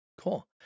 cool